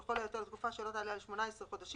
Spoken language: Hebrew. ולכל היותר לתקופה שלא תעלה על 18 חודשים,